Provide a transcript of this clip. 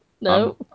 No